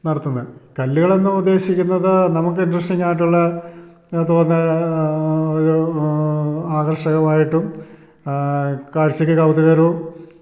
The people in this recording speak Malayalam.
നടത്തുന്നത് കല്ലുകളെന്ന് ഉദ്ദേശിക്കുന്നത് നമുക്ക് ഇൻട്രസ്റ്റിങ്ങായിട്ട് ഉള്ള അത് തോന്നുന്ന ഒരു ആകർഷകമായിട്ടും കാഴ്ചക്ക് കൗതുകകരവും